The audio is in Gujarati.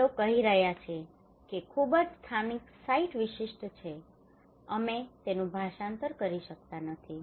તેઓ કહી રહ્યા છે કે ખૂબ જ સ્થાનિક સાઇટ વિશિષ્ટ છે અમે તેનું ભાષાંતર કરી શકતા નથી